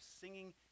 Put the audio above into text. singing